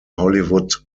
hollywood